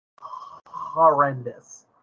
horrendous